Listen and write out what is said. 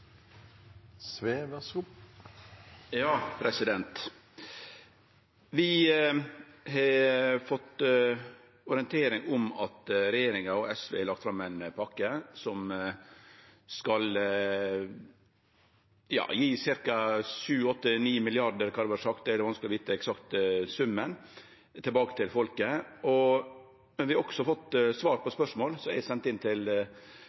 Vi har fått ei orientering om at regjeringa og SV har lagt fram ein pakke som skal gje ca. 7–9 mrd. kr, eller kva som har vorte sagt – det er vanskeleg å vite den eksakte summen – tilbake til folk. Men vi har også fått svar på spørsmål eg sendte til departementet til